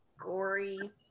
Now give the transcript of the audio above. gory